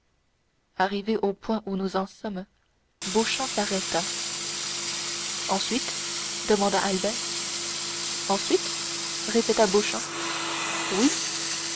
arrivé au point où nous en sommes beauchamp s'arrêta ensuite demanda albert ensuite répéta beauchamp oui